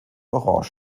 orange